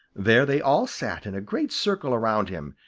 there they all sat in a great circle around him,